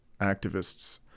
activists